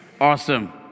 Awesome